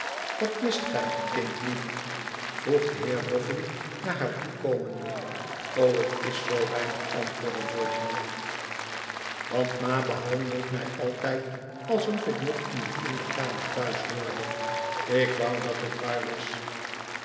wat mist gij kindlief vroeg de heer boffïh naar haar toe komende o het is zoo weinig antwoordde georgiana want ma behandelt mij altijd alsof ik nog in de kinderkamer thuis hoorde ik wou dat het waar was